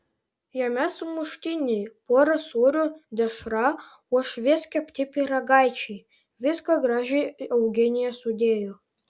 jame sumuštiniai pora sūrių dešra uošvės kepti pyragaičiai viską gražiai eugenija sudėjo